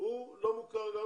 הוא לא מוכר.